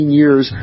years